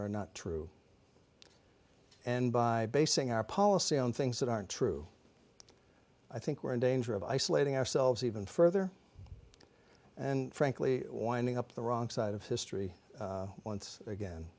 are not true and by basing our policy on things that aren't true i think we're in danger of isolating ourselves even further and frankly winding up the wrong side of history once again